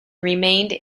remained